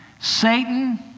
Satan